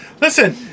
Listen